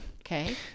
okay